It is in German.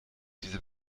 diese